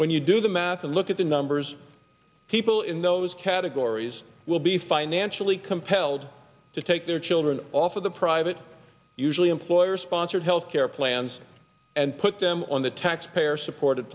when you do the math and look at the numbers of people in those categories will be financially compelled to take their children off of the private usually employer sponsored health care plans and put them on the taxpayer supported